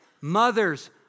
mothers